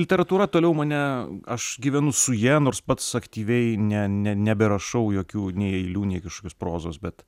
literatūra toliau mane aš gyvenu su ja nors pats aktyviai ne ne neberašau jokių nei eilių nei kažkokios prozos bet